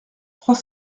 trois